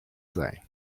thing